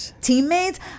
teammates